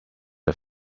are